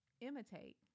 imitate